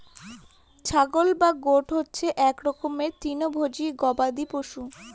ছাগল বা গোট হচ্ছে এক রকমের তৃণভোজী গবাদি পশু